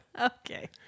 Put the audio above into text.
Okay